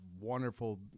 wonderful